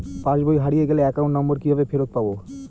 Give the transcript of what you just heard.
পাসবই হারিয়ে গেলে account number কিভাবে ফেরত পাব?